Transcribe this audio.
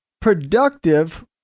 productive